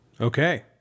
Okay